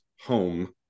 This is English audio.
home